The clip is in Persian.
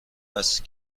است